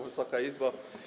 Wysoka Izbo!